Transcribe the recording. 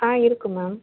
ஆ இருக்குது மேம்